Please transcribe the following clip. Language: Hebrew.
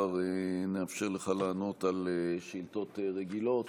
כבר נאפשר לך לענות על שאילתות רגילות